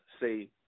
say